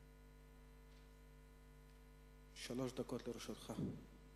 שלוש דקות לרשותך.